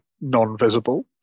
non-visible